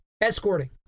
escorting